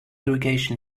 irrigation